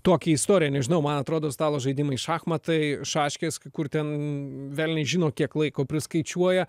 tokią istoriją nežinau man atrodo stalo žaidimai šachmatai šaškės kur ten velniai žino kiek laiko priskaičiuoja